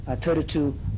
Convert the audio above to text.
thirty-two